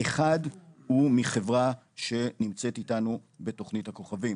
אחד הוא מחברה שנמצאת איתנו בתוכנית הכוכבים,